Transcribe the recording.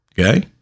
okay